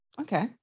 okay